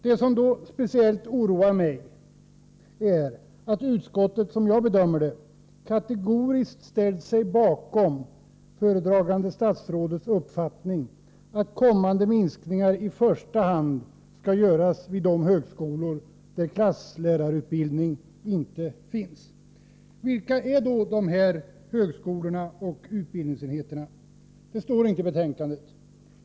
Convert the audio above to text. Det som speciellt oroar mig är att utskottet, som jag bedömer det, kategoriskt ställt sig bakom föredragande statsrådets uppfattning om att kommande minskningar i första hand skall ske vid de högskolor där klasslärarutbildning saknas. Vilka är då dessa högskolor och utbildningsenheter? Det står inte i betänkandet.